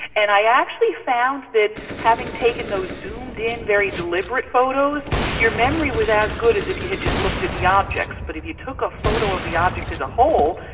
and i actually found that having taken those zoomed-in very deliberate photos your memory was as good as if you had just looked at the objects. but if you took a photo of the object as a whole,